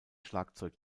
schlagzeug